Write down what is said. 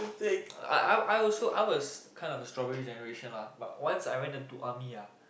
I I I also I was kinda of a strawberry generation lah but once I went into army ah